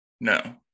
No